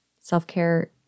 self-care